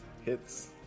hits